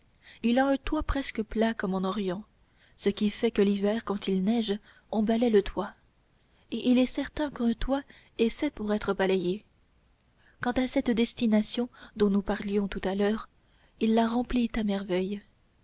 il a un toit presque plat comme en orient ce qui fait que l'hiver quand il neige on balaye le toit et il est certain qu'un toit est fait pour être balayé quant à cette destination dont nous parlions tout à l'heure il la remplit à merveille